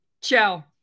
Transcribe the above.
Ciao